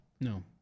No